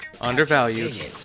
undervalued